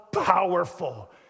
powerful